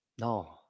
No